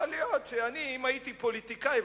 יכול להיות שלו הייתי פוליטיקאי,